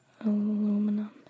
Aluminum